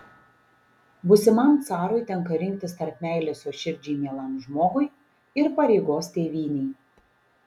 būsimam carui tenka rinktis tarp meilės jo širdžiai mielam žmogui ir pareigos tėvynei